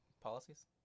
policies